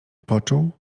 poczuł